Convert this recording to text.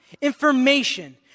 information